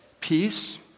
peace